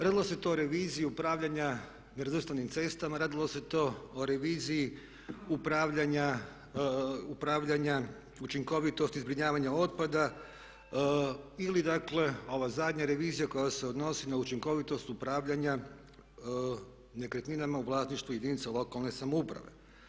Radilo se o toj reviziji upravljanja nerazvrstanim cestama, radilo se to o reviziji upravljanja učinkovitosti zbrinjavanja otpada ili dakle ova zadnja revizija koja se odnosi na učinkovitost upravljanja nekretninama u vlasništvu jedinica lokalne samouprave.